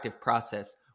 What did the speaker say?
process